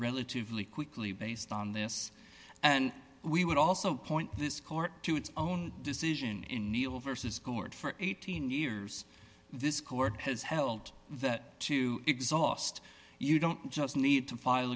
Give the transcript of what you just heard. relatively quickly based on this and we would also point this court to its own decision in neil vs court for eighteen years this court has held that to exhaust you don't just need to file